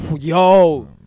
Yo